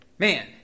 Man